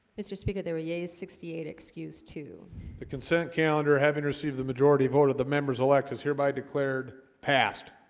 mr. speaker there were yeas sixty eight excused to the consent calendar having received the majority vote of the members elect is hereby declared passed